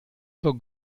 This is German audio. für